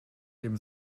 dem